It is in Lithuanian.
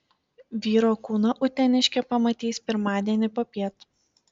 vyro kūną uteniškė pamatys pirmadienį popiet